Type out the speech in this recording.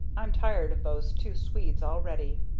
i'm tired of those two swedes already.